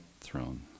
Throne